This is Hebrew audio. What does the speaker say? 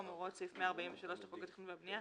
מהוראות סעיף 143 לחוק התכנון והבנייה,